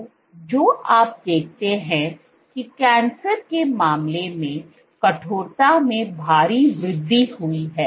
तो जो आप देखते हैं कि कैंसर के मामले में कठोरता में भारी वृद्धि हुई है